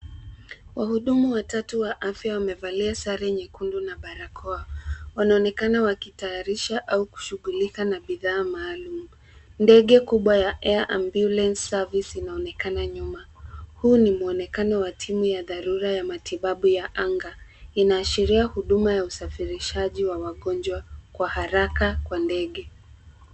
Wahudumu watatu wa afya wamevalia sare nyekundu na barakoa. Wanaonekana wakitayarisha au kushughulika na bidhaa maalumu. Ndege kubwa ya air ambulance services inaonekana nyuma. Huu ni muonekano wa timu ya dharura ya matibabu ya anga. Inaashiria huduma ya usafirishaji wa magonjwa kwa haraka kwa ndege.